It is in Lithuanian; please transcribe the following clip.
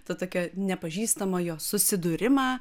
ta tokią nepažįstamojo susidūrimą